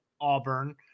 Auburn